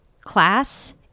class